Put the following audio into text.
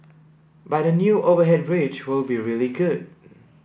but the new overhead bridge will be really good